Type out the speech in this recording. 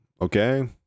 okay